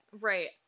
Right